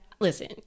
listen